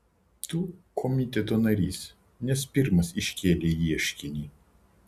tu komiteto narys nes pirmas iškėlei ieškinį